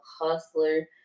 hustler